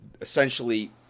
essentially